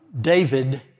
David